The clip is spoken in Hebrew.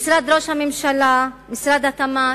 משרד ראש הממשלה, משרד התמ"ת,